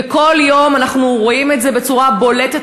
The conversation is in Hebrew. וכל יום אנחנו רואים את זה בצורה בולטת,